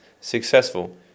successful